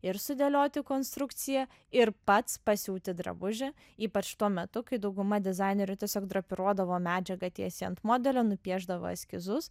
ir sudėlioti konstrukciją ir pats pasiūti drabužį ypač tuo metu kai dauguma dizainerių tiesiog drapiruodavo medžiagą tiesiai ant modelio nupiešdavo eskizus